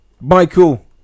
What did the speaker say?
Michael